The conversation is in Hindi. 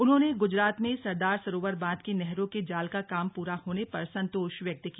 उन्होंने गुजरात में सरदार सरोवर बांध की नहरों के जाल का काम पूरा होने पर संतोष व्यक्त किया